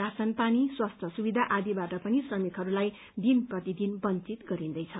ration पानी स्वास्थ्य सुविधा आदिबाट पनि श्रमिकहरूलाई दिन प्रतिदिन वँचित गरिन्दैछ